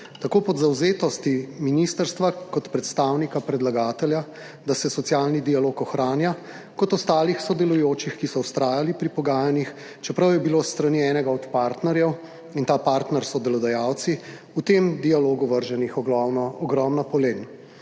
tako po zavzetosti ministrstva kot predstavnika predlagatelja, da se socialni dialog ohranja, kot ostalih sodelujočih, ki so vztrajali pri pogajanjih, čeprav je bilo s strani enega od partnerjev, in ta partner so delodajalci, v tem dialogu vrženih ogromno, ogromno polen,